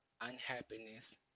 unhappiness